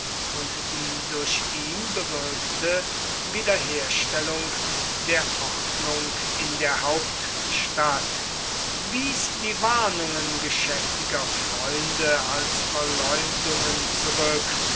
und die durch ihn bewirkte wiederherstellung der ordnung in der hauptstadt wies die warnungen geschäftiger freunde als verleumdungen zurück